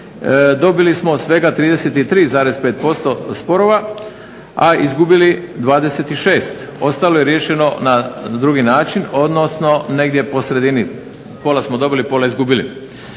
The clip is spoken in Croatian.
dobili smo svega 33,5% sporova, a izgubili 26%, ostalo je riješeno na drugi način, odnosno negdje po sredini, pola smo dobili, pola izgubili.